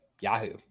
Yahoo